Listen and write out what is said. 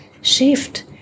shift